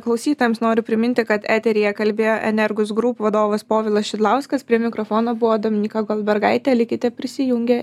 klausytojams noriu priminti kad eteryje kalbėjo energus group vadovas povilas šidlauskas prie mikrofono buvo dominyka goldbergaitė likite prisijungę